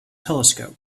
telescope